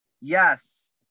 Yes